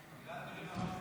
גלעד קריב אמר שהוא